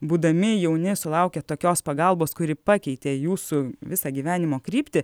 būdami jauni sulaukę tokios pagalbos kuri pakeitė jūsų visą gyvenimo kryptį